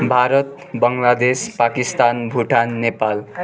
Bharat Bangladesh Pakistan Bhutan Nepal